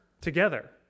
together